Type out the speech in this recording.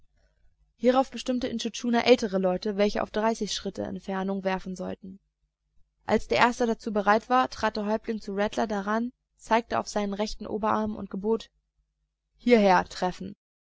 hierauf bestimmte intschu tschuna ältere leute welche auf dreißig schritte entfernung werfen sollten als der erste dazu bereit war trat der häuptling zu rattler heran zeigte auf seinen rechten oberarm und gebot hierher treffen